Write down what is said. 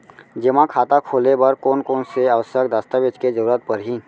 जेमा खाता खोले बर कोन कोन से आवश्यक दस्तावेज के जरूरत परही?